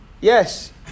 Yes